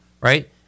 right